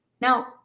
Now